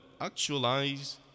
actualize